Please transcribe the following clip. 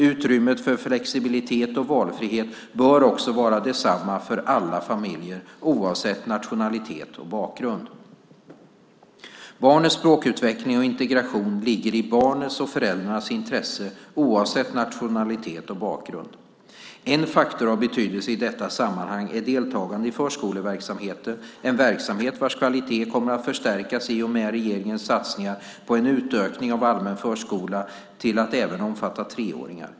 Utrymmet för flexibilitet och valfrihet bör också vara detsamma för alla familjer, oavsett nationalitet och bakgrund. Barnets språkutveckling och integration ligger i barnets och föräldrarnas intresse oavsett nationalitet och bakgrund. En faktor av betydelse i detta sammanhang är deltagande i förskoleverksamheten, en verksamhet vars kvalitet kommer att förstärkas i och med regeringens satsningar på en utökning av allmän förskola till att även omfatta treåringar.